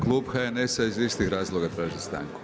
Klub HNS-a iz istih razloga traži stanku.